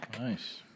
Nice